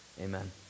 Amen